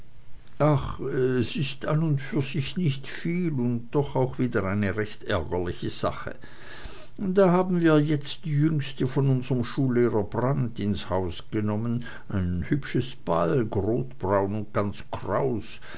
ach es ist an und für sich nicht viel und doch auch wieder eine recht ärgerliche sache da haben wir ja jetzt die jüngste von unserm schullehrer brandt ins haus genommen ein hübsches balg rotbraun und ganz kraus